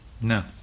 No